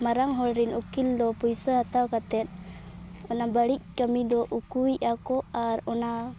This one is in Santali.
ᱢᱟᱨᱟᱝ ᱦᱚᱲ ᱨᱮᱱ ᱩᱠᱤᱞ ᱫᱚ ᱯᱩᱭᱥᱟᱹ ᱦᱟᱛᱟᱣ ᱠᱟᱛᱮᱫ ᱚᱱᱟ ᱵᱟᱹᱲᱤᱡ ᱠᱟᱹᱢᱤ ᱫᱚ ᱩᱠᱩᱭᱮᱫᱼᱟ ᱠᱚ ᱟᱨ ᱚᱱᱟ